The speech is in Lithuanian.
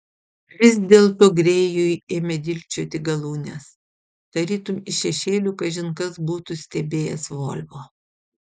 vis dėlto grėjui ėmė dilgčioti galūnes tarytum iš šešėlių kažin kas būtų stebėjęs volvo